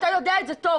אתה יודע את זה טוב,